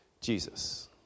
Jesus